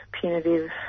punitive